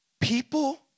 People